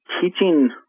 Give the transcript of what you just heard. teaching